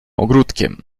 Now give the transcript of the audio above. ogródkiem